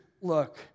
look